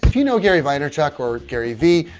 if you know gary vaynerchuk or gary vee,